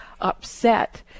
upset